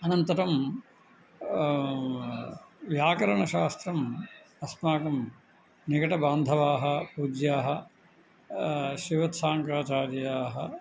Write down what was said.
अनन्तरं व्याकरणशास्त्रम् अस्माकं निकटबान्धवाः पूज्याः श्रीमत्शाङ्क्राचार्याः